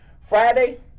Friday